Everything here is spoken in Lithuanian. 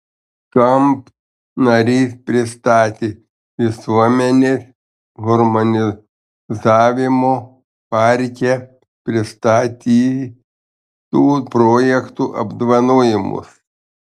skamp narys pristatė visuomenės harmonizavimo parke pristatytų projektų apdovanojimus